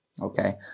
Okay